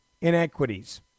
inequities